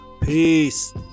peace